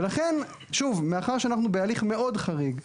ולכן, שוב, מאחר שאנחנו בהליך מאוד חריג,